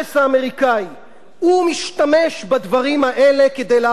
הוא משתמש בדברים האלה כדי להראות את ישראל החופשית,